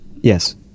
Yes